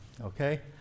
okay